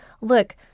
look